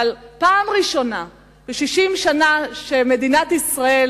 אבל בפעם הראשונה ב-60 שנה שמדינת ישראל,